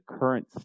current